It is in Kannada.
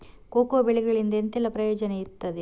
ಕೋಕೋ ಬೆಳೆಗಳಿಂದ ಎಂತೆಲ್ಲ ಪ್ರಯೋಜನ ಇರ್ತದೆ?